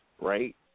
right